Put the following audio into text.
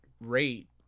rate